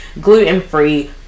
gluten-free